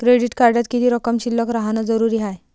Credit कार्डात किती रक्कम शिल्लक राहानं जरुरी हाय?